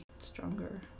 stronger